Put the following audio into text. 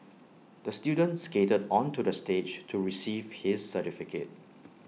the student skated onto the stage to receive his certificate